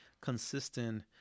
consistent